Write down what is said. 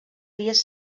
dies